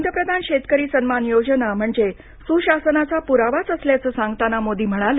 पंतप्रधान शेतकरी सन्मान योजना म्हणजे सुशासनाचा पुरावाच असल्याचं सांगताना मोदी म्हणाले